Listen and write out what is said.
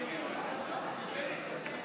רואה שהם כבר נכנסים.